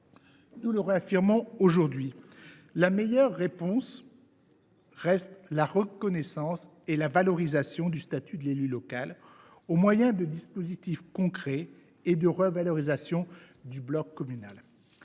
Nous le réaffirmons aujourd’hui : la meilleure réponse reste la reconnaissance du statut de l’élu local au moyen de dispositifs concrets, ainsi que la revalorisation du bloc communal.